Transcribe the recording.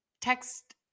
text